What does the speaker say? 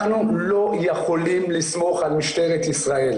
אנחנו לא יכולים לסמוך על משטרת ישראל.